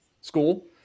school